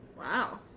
Wow